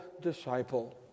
disciple